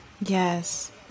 Yes